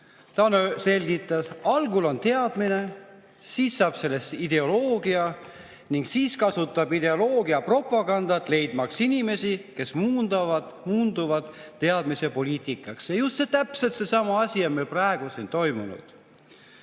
Ta selgitas, et algul on teadmine, siis saab sellest ideoloogia ning siis kasutab ideoloogia propagandat, leidmaks inimesi, kes muundavad teadmise poliitikaks. Just täpselt seesama asi on meil praegu siin toimunud.